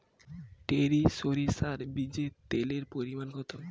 টরি সরিষার বীজে তেলের পরিমাণ কত?